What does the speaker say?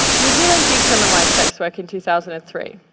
new zealand decriminalized sex work in two thousand and three.